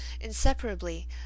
Inseparably